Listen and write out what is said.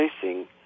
facing